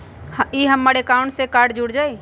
ई हमर अकाउंट से कार्ड जुर जाई?